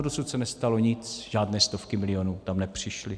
Dosud se nestalo nic, žádné stovky milionů tam nepřišly.